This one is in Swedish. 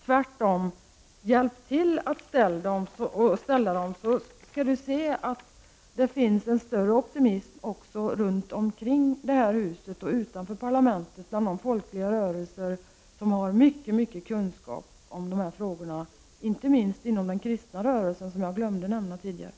Tvärtom, hjälp till, så skall vi se att det finns en större optimism utanför parlamentet bland de folkliga rörelserna, som har mycket stora kunskaper i dessa frågor, inte minst den kristna rörelsen som jag glömde att nämna tidigare.